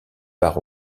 part